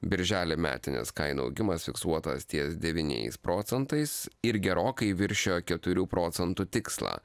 birželį metinis kainų augimas fiksuotas ties devyniais procentais ir gerokai viršijo keturių procentų tikslą